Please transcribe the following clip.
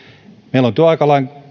meillä on työaikalain